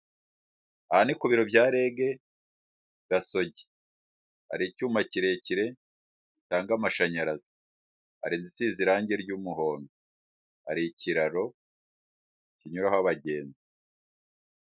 Aha ni ku biro bya REG Gasogi hari icyuma kirekire gitanga amashanyarazi hari inzu isize irangi ry'umuhondo hari ikiraro kinyuraho abagenzi.